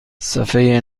صحفه